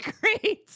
great